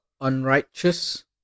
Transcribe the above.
unrighteous